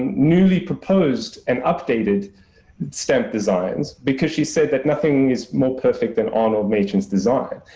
newly proposed and updated stamp designs, because she said that nothing is more perfect than arnold machin's design.